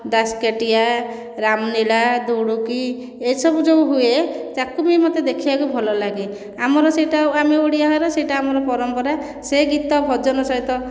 ଦାସକାଠିଆ ରାମଳୀଳା ଦୁଡ଼ୁକି ଏସବୁ ଯେଉଁ ହୁଏ ତାକୁ ବି ମୋତେ ଦେଖିବାକୁ ଭଲ ଲାଗେ ଆମର ସେଇଟା ଆମେ ଓଡ଼ିଆ ଘର ସେଇଟା ଆମର ପରମ୍ପରା ସେ ଗୀତ ଭଜନ ସହିତ